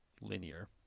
linear